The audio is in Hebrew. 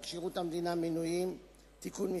הבאות: 1. הצעת חוק שירות המדינה (משמעת) (תיקון מס'